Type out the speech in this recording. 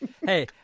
Hey